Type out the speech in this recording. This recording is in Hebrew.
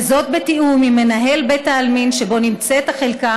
וזאת בתיאום עם מנהל בית העלמין שבו נמצאת החלקה